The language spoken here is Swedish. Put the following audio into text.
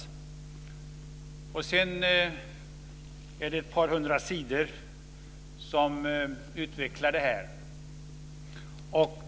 Sedan följer ett par hundra sidor där detta utvecklas.